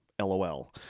Lol